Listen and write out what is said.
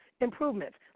improvements